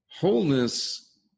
Wholeness